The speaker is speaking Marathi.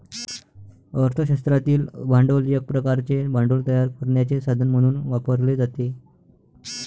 अर्थ शास्त्रातील भांडवल एक प्रकारचे भांडवल तयार करण्याचे साधन म्हणून वापरले जाते